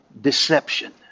deception